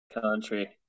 Country